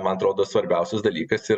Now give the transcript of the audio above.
man atrodo svarbiausias dalykas yra